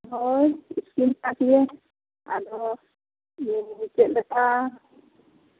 ᱦᱳᱭ ᱥᱠᱤᱱ ᱴᱟᱪᱜᱮ ᱟᱫᱚ ᱪᱮᱫ ᱞᱮᱠᱟ